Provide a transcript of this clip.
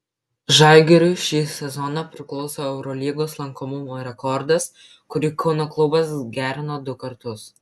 žalgiriui šį sezoną priklauso eurolygos lankomumo rekordas kurį kauno klubas gerino du kartus